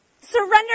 Surrender